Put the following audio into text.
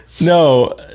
No